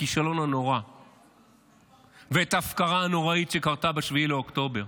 הכישלון הנורא ואת ההפקרה הנוראית שקרתה ב-7 באוקטובר.